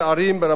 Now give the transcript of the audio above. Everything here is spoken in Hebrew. שנבעה